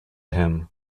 him